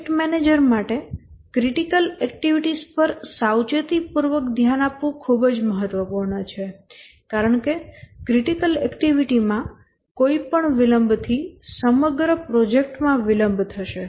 project manager માટે critical activities પર સાવચેતીપૂર્વક ધ્યાન આપવું ખૂબ જ મહત્વપૂર્ણ છે કારણ કે ક્રિટિકલ એક્ટિવિટી માં કોઈ પણ વિલંબથી સમગ્ર પ્રોજેક્ટમાં વિલંબ થશે